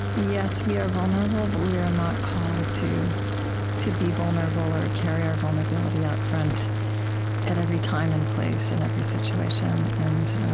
yes, we are vulnerable, but we are not called to to be vulnerable or carry our vulnerability out front at every time and place, in every situation. and